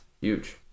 huge